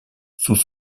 sous